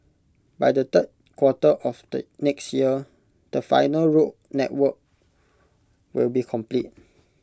by the third quarter of next year the final road network will be complete